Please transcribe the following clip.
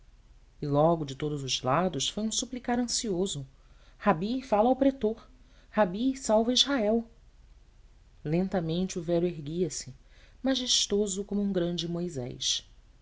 e logo de todos os lados foi um suplicar ansioso rabi fala ao pretor rabi salva israel lentamente o velho erguia-se majestoso como um grande moisés